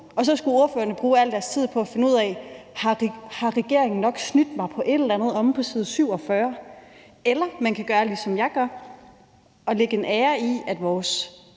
og så skulle ordførerne bruge al deres tid på at finde ud af, om regeringen har snydt dem med et eller andet omme på side 47, eller også kan man gøre, ligesom jeg gør, og sætte en ære i, at vores